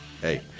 hey